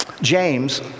James